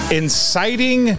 inciting